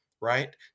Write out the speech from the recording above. right